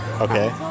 Okay